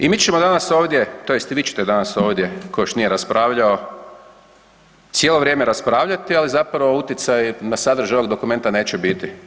I mi ćemo danas ovdje, tj. vi ćete danas ovdje tko još nije raspravljao cijelo vrijeme raspravljati, ali zapravo utjecaj na sadržaj ovog dokumenta neće bit.